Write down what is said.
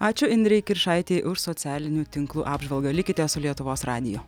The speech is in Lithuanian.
ačiū indrei kiršaitei už socialinių tinklų apžvalgą likite su lietuvos radiju